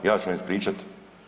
Ja ću vam ispričati.